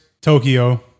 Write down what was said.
Tokyo